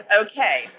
Okay